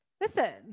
Listen